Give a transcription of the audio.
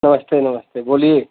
नमस्ते नमस्ते बोलिये